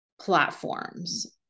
platforms